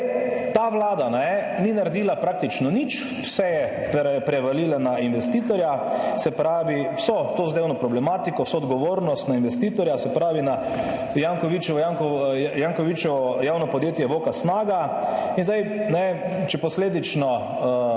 ta Vlada ni naredila praktično nič. Vse je prevalila na investitorja, se pravi vso to zadevno problematiko, vso odgovornost na investitorja, se pravi na Jankovićevo, Jankovićevo javno podjetje VOKA Snaga. In zdaj naj, če posledično